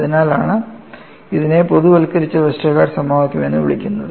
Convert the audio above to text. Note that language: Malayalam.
അതിനാലാണ് ഇതിനെ പൊതുവൽക്കരിച്ച വെസ്റ്റർഗാർഡ് സമവാക്യം എന്ന് വിളിക്കുന്നത്